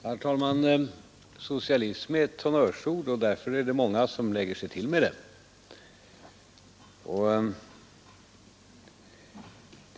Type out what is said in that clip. Herr talman! Socialism är ett honnörsord, och därför är det många som lägger sig till med det.